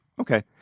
Okay